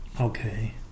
Okay